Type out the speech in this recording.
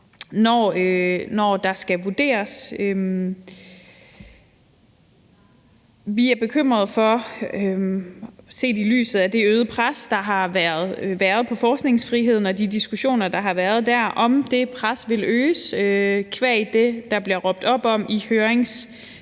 når der skal vurderes. Set i lyset af det øgede pres, der har været på forskningsfriheden, og de diskussioner, der har været der, er vi bekymret for, om det pres vil blive øget – qua det, der bliver råbt op om i høringssvarene